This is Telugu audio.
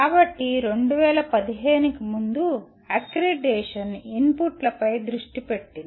కాబట్టి 2015 కి ముందు అక్రిడిటేషన్ ఇన్పుట్లపై దృష్టి పెట్టింది